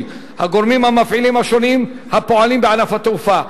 הגורמים המפעילים השונים הפועלים בענף התעופה.